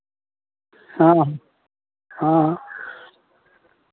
हँ हँ